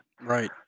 Right